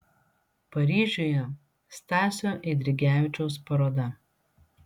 paryžiuje stasio eidrigevičiaus paroda